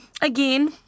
again